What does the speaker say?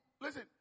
listen